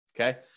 Okay